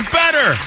better